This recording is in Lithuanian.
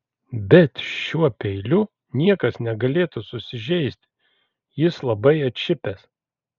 bet šiuo peiliu niekas negalėtų susižeisti jis labai atšipęs